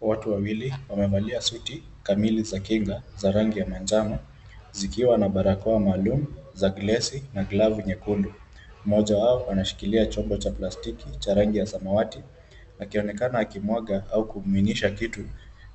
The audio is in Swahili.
Watu wawili wamevalia suti kamili za kinga za rangi ya manjano zikiwa na barakoa maalum za glesi na glavu nyekundu. Moja wao anashikilia chombo cha plastiki cha rangi ya samawati akionekana akimwaga au kumiminisha kitu